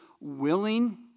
willing